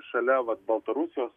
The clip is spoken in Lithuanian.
šalia vat baltarusijos